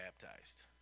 baptized